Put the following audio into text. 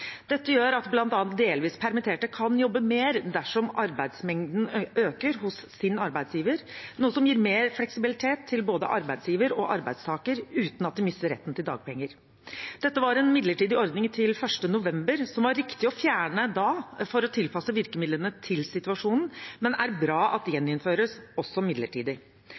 Dette gjør at bl.a. delvis permitterte kan jobbe mer dersom arbeidsmengden øker hos deres arbeidsgiver, noe som gir mer fleksibilitet til både arbeidsgiver og arbeidstaker uten at de mister retten til dagpenger. Dette var en midlertidig ordning til 1. november, som var riktig å fjerne da for å tilpasse virkemidlene til situasjonen, men er bra at gjeninnføres – også midlertidig.